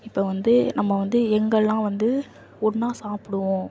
இப்போ வந்து நம்ம வந்து எங்கெல்லாம் வந்து ஒன்றா சாப்பிடுவோம்